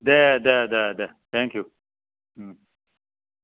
दे दे दे दे थेंकिउ